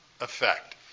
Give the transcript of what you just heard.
effect